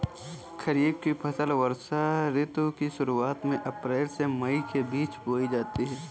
खरीफ की फसलें वर्षा ऋतु की शुरुआत में अप्रैल से मई के बीच बोई जाती हैं